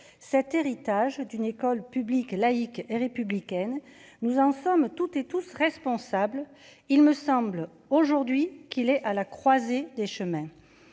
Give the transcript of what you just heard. cet héritage d'une école publique, laïque et républicaine, nous en sommes toutes et tous, responsables, il me semble aujourd'hui qu'il est à la croisée des chemins,